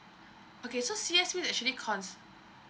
okay so C_S_P is actually cons~